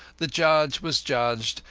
the judge was judged,